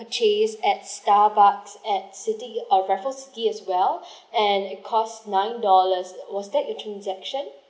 purchase at Starbucks at city raffles city as well and it cost nine dollars was that your transaction